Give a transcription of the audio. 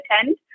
attend